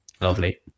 Lovely